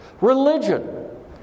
Religion